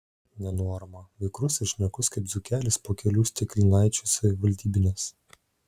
nenuorama vikrus ir šnekus kaip dzūkelis po kelių stiklinaičių savivaldybinės